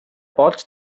болж